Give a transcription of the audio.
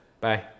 Bye